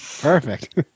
Perfect